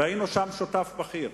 והיינו שם שותף בכיר.